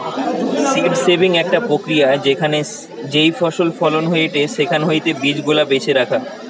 seed saving একটা প্রক্রিয়া যেখানে যেই ফসল ফলন হয়েটে সেখান হইতে বীজ গুলা বেছে রাখা